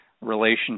relationship